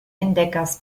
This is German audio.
entdeckers